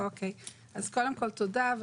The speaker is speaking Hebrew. אז קודם כל תודה.